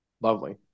Lovely